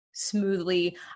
smoothly